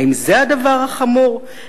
האם זה הדבר החמור?